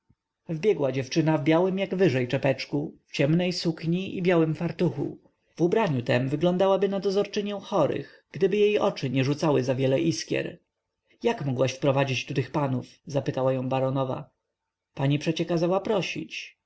marysia wbiegła dziewczyna w białym jak wyżej czepeczku w ciemnej sukni i białym fartuchu w ubraniu tem wyglądałaby na dozorczynię chorych gdyby jej oczy nie rzucały zawiele iskier jak mogłaś wprowadzić tu tych panów zapytała ją baronowa pani przecie